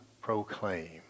proclaim